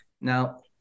Now